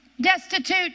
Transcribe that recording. Destitute